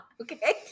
Okay